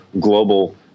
global